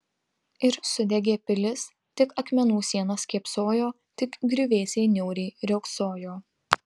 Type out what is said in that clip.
ir sudegė pilis tik akmenų sienos kėpsojo tik griuvėsiai niauriai riogsojo